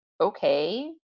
okay